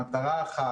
מטרה אחת,